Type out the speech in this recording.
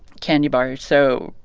candy bars, so.